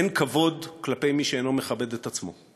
אין כבוד כלפי מי שאינו מכבד את עצמו.